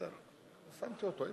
בהיעדר שרים אוה,